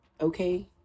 okay